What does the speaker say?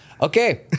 Okay